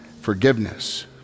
forgiveness